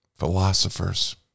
philosophers